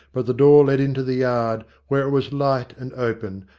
but the door led into the yard, where it was light and open,